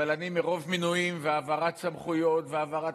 אבל מרוב מינויים והעברת סמכויות והעברת